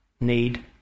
need